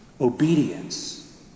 obedience